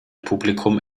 publikum